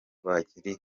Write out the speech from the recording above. bari